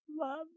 Love